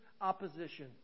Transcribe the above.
opposition